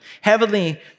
Heavenly